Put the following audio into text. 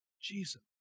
Jesus